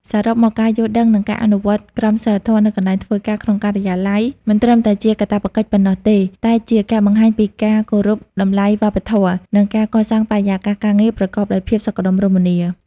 សរុបមក ការយល់ដឹង និងការអនុវត្តន៍ក្រមសីលធម៌នៅកន្លែងធ្វើការក្នុងការិយាល័យ មិនត្រឹមតែជាកាតព្វកិច្ចប៉ុណ្ណោះទេ តែជាការបង្ហាញពីការគោរពតម្លៃវប្បធម៌ និងការកសាងបរិយាកាសការងារប្រកបដោយភាពសុខដុមរមនា។។